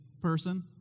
person